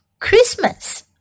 Christmas